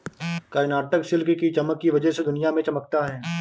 Karnataka silk की चमक की वजह से दुनिया में चमकता है